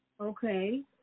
Okay